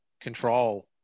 Control